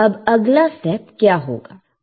अब अगला स्टेप क्या होगा